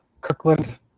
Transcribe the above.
Kirkland